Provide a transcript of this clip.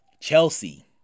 Chelsea